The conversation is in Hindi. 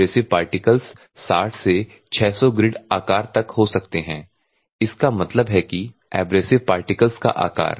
एब्रेसिव पार्टिकल्स 60 से 600 ग्रिड आकार तक हो सकते हैं इसका मतलब है कि एब्रेसिव पार्टिकल्स का आकार